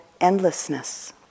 endlessness